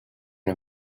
and